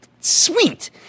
sweet